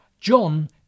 john